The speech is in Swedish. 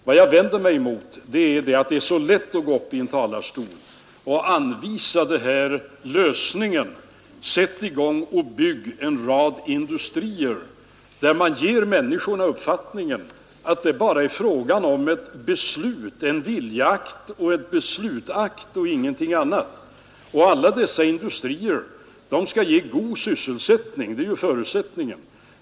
Vad jag vänder mig emot är att det är så lätt att gå upp i en talarstol och anvisa denna lösning: ”Sätt i gång och bygg en rad industrier,” samtidigt som man ger människorna uppfattningen att det bara är fråga om en viljeakt och en beslutsakt och ingenting annat och att alla dessa industrier skall ge god sysselsättning — det är ju förutsättningen.